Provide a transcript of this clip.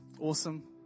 Awesome